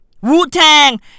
Wu-Tang